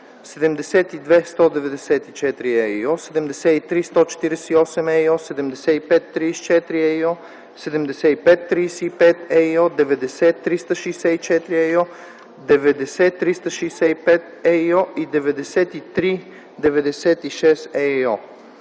72/194/ЕИО, 73/148/ЕИО, 75/34/ЕИО, 75/35/ЕИО, 90/364/ЕИО, 90/365/ЕИО и 93/96/ЕИО.